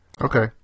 Okay